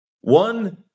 One